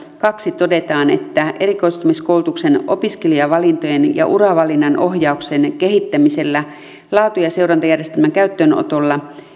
kaksi todetaan että erikoistumiskoulutuksen opiskelijavalintojen ja uravalinnan ohjauksen kehittämisellä laatu ja seurantajärjestelmän käyttöönotolla